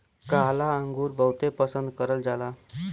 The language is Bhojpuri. काला अंगुर बहुते पसन्द करल जाला